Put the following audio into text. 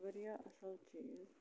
واریاہ اَصٕل چیٖز